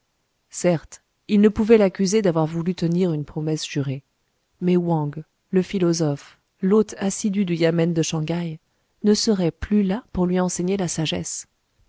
certes il ne pouvait l'accuser d'avoir voulu tenir une promesse jurée mais wang le philosophe l'hôte assidu du yamen de shanghaï ne serait plus là pour lui enseigner la sagesse